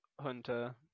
Hunter